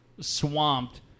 swamped